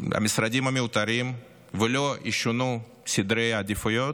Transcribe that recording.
המשרדים המיותרים ולא ישונו סדרי העדיפויות,